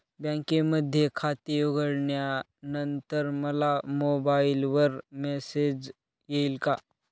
बँकेमध्ये खाते उघडल्यानंतर मला मोबाईलवर मेसेज येईल का?